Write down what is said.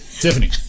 Tiffany